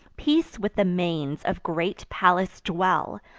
peace with the manes of great pallas dwell!